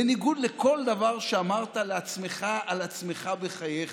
בניגוד לכל דבר שאמרת לעצמך על עצמך בחייך,